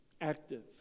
active